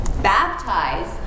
baptize